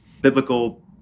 biblical